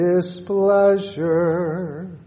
displeasure